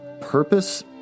purpose